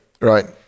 right